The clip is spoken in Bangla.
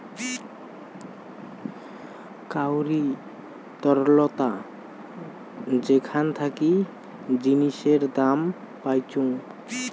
কাউরি তরলতা যেখান থাকি জিনিসের দাম পাইচুঙ